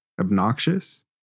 obnoxious